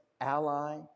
ally